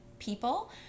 people